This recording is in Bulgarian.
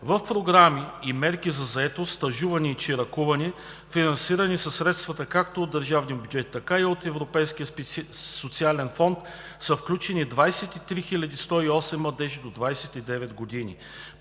В програми и мерки за заетост, стажуване и чиракуване, финансирани със средства както от държавния бюджет, така и от Европейския социален фонд, са включени 23 108 младежи до 29 години.